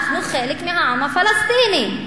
אנחנו חלק מהעם הפלסטיני.